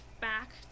back